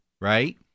right